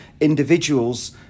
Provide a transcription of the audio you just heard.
individuals